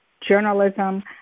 journalism